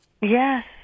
Yes